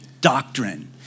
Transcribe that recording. Doctrine